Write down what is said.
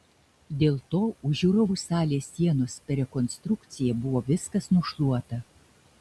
dėl to už žiūrovų salės sienos per rekonstrukciją buvo viskas nušluota